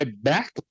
back